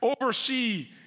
oversee